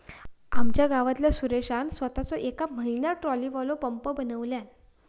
आमच्या गावातल्या सुरेशान सोताच येका म्हयन्यात ट्रॉलीवालो पंप बनयल्यान